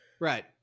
Right